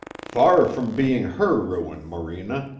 far from being her ruin, morena,